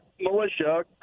militia